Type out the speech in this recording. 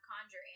Conjure